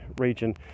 region